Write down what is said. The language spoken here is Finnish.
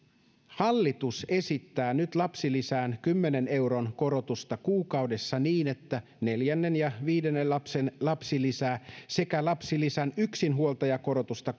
hallitus esittää nyt lapsilisään kymmenen euron korotusta kuukaudessa niin että neljännen ja viidennen lapsen lapsilisää sekä lapsilisän yksinhuoltajakorotusta